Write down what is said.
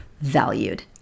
valued